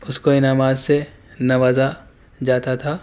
اس کو انعامات سے نوازا جاتا تھا